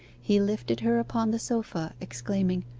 he lifted her upon the sofa, exclaiming,